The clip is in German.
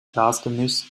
gasgemischs